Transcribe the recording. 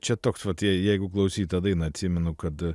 čia toks vat jeijeigu klausytą dainą atsimenu kad